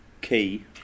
Key